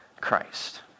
Christ